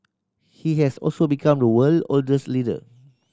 he has also become the world oldest leader